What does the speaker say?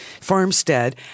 farmstead